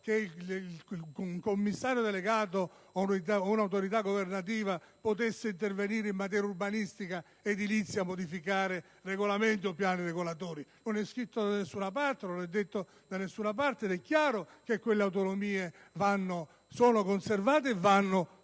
che un commissario delegato o un'autorità governativa potesse intervenire in materia urbanistica o edilizia per modificare regolamenti o piani regolatori. Non è scritto da nessuna parte ed è chiaro che quelle autonomie sono conservate e vanno